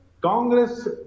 Congress